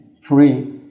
free